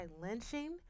lynching